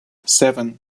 seven